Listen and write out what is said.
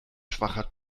schwacher